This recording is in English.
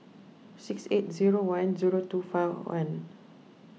six eight zero one zero two four one